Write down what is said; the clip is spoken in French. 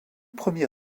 premier